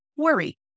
Worry